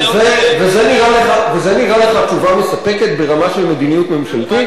זה נראה לך תשובה מספקת ברמה של מדיניות ממשלתית?